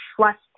trust